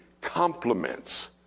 compliments